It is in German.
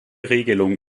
regelung